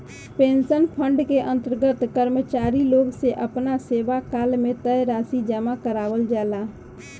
pension fund के अंतर्गत कर्मचारी लोग से आपना सेवाकाल में तय राशि जामा करावल जाला